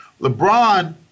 LeBron